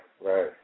right